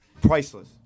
Priceless